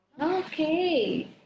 okay